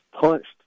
punched